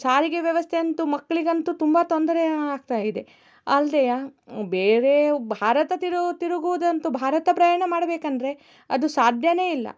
ಸಾರಿಗೆ ವ್ಯವಸ್ಥೆ ಅಂತೂ ಮಕ್ಕಳಿಗಂತೂ ತುಂಬ ತೊಂದರೆ ಆಗ್ತಾ ಇದೆ ಅಲ್ದೆ ಬೇರೆ ಭಾರತ ತಿರು ತಿರುಗುವುದಂತೂ ಭಾರತ ಪ್ರಯಾಣ ಮಾಡಬೇಕಂದ್ರೆ ಅದು ಸಾಧ್ಯವೇ ಇಲ್ಲ